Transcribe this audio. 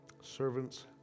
Servants